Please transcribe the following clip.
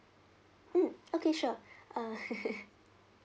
mm okay sure uh